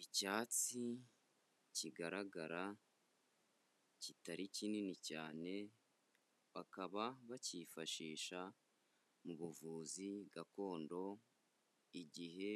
Icyatsi kigaragara kitari kinini cyane, bakaba bacyifashisha mu buvuzi gakondo igihe